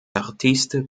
artiste